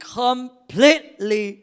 completely